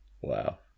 Wow